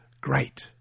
great